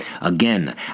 Again